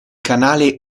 canale